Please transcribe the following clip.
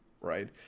right